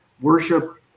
worship